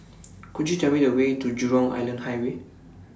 Could YOU Tell Me The Way to Jurong Island Highway